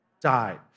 Died